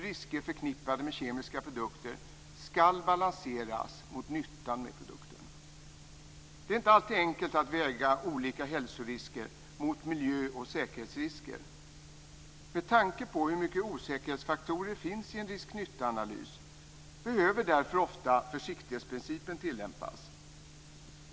Risker förknippade med kemiska produkter ska balanseras mot nyttan med produkterna. Det är inte alltid enkelt att väga olika hälsorisker mot miljö och säkerhetsrisker. Med tanke på hur mycket osäkerhetsfaktorer det finns i en risk och nyttaanalys behöver därför ofta försiktighetsprincipen tillämpas.